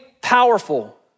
powerful